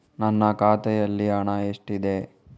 ನನ್ನ ಖಾತೆಯಲ್ಲಿ ಹಣ ಎಷ್ಟಿದೆ?